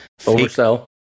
Oversell